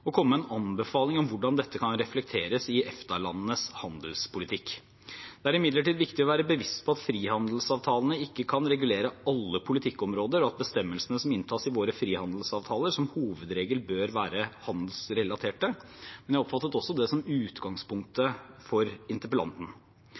og komme med en anbefaling om hvordan dette kan reflekteres i EFTA-landenes handelspolitikk. Det er imidlertid viktig å være bevisst på at frihandelsavtalene ikke kan regulere alle politikkområder, og at bestemmelser som inntas i våre frihandelsavtaler, som hovedregel bør være handelsrelaterte. Jeg oppfattet det også slik at det var utgangspunktet